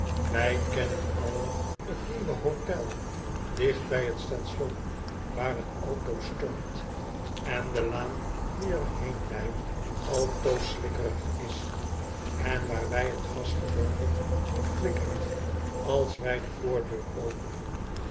wij kennen allen t nieuwe hotel dicht bij t station waar t altoos stormt en de laan die er heen leidt altoos slikkerig is en waar wij t gas gewoonlijk doen flikkeren als wij de voordeur openen